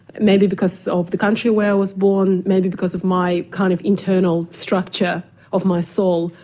maybe because of the country where i was born, maybe because of my kind of internal structure of my soul.